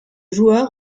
joueur